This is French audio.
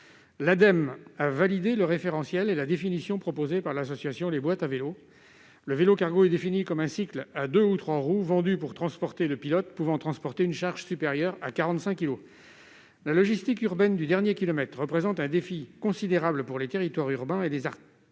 a validé le référentiel et la définition proposés par l'association Les Boîtes à vélo : le vélo-cargo est défini comme un cycle, à deux ou trois roues, vendu pour transporter le pilote et une charge supérieure à 45 kilogrammes. La logistique urbaine du dernier kilomètre représente un défi considérable pour les territoires urbains et les acteurs